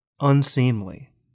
unseemly